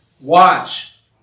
Watch